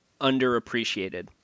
underappreciated